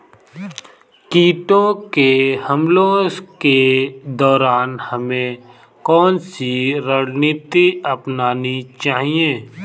कीटों के हमलों के दौरान हमें कौन सी रणनीति अपनानी चाहिए?